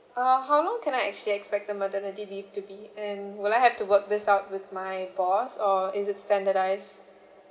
uh how long can I actually expect the maternity leave to be and will I have to work this out with my boss or is it standardised